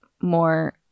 more